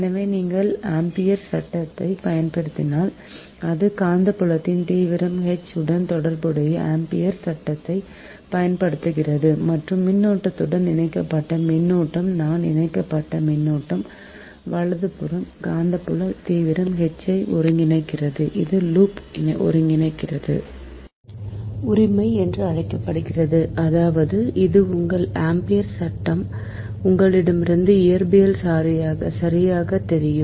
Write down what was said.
எனவே நீங்கள் ஆம்பியர்ஸ் சட்டத்தைப் பயன்படுத்தினால் அது காந்தப்புல தீவிரம் H உடன் தொடர்புடைய ஆம்பியர்ஸ் சட்டத்தைப் பயன்படுத்துகிறது மற்றும் மின்னோட்டத்துடன் இணைக்கப்பட்ட மின்னோட்டம் நான் இணைக்கப்பட்ட மின்னோட்டம் வலதுபுறம் மற்றும் காந்தப்புல தீவிரம் H ஐ ஒருங்கிணைக்கிறது இது லூப் ஒருங்கிணைந்த உரிமை என்று அழைக்கப்படுகிறது அதாவது இது உங்கள் ஆம்பியர் சட்டம் உங்களிடமிருந்து இயற்பியல் சரியாகத் தெரியும்